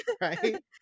right